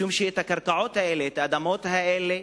משום שאת הקרקעות האלה, את האדמות האלה,